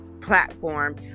platform